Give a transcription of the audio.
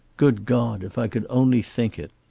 good god, if i could only think it.